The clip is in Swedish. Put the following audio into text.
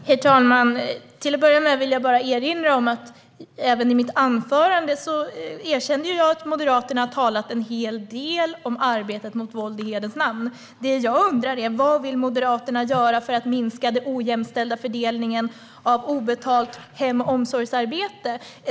Herr talman! Till att börja med vill jag erinra om att jag i mitt anförande erkände att Moderaterna har talat en hel del om arbetet mot våld i hederns namn. Det jag undrar är: Vad vill Moderaterna göra för att minska den ojämställda fördelningen av obetalt hem och omsorgsarbete?